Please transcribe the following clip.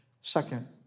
Second